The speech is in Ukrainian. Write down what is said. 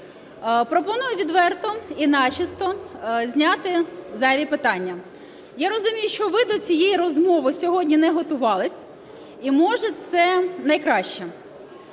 Пропоную відверто і начисто зняти зайві питання. Я розумію, що ви до цієї розмови сьогодні не готувались і може це найкраще.